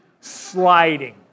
sliding